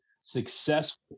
successful